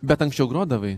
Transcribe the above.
bet anksčiau grodavai